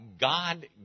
God